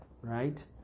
right